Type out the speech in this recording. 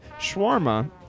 shawarma